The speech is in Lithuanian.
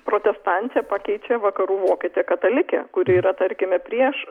protestantė pakeičia vakarų vokietę katalikę kuri yra tarkime prieš